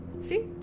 See